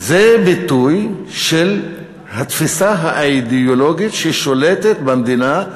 זה ביטוי של התפיסה האידיאולוגית ששולטת במדינה,